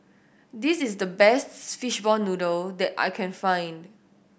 this is the best fishball noodle that I can find